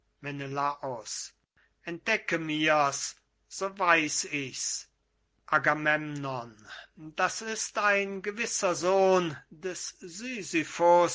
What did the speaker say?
menelaus entdecke mir's so weiß ich's agamemnon da ist ein gewisser sohn des